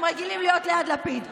הם רגילים להיות ליד לפיד.